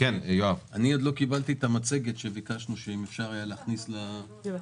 עוד לא קיבלתי את המצגת שביקשנו להכניס לטבלט.